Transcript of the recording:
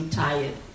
tired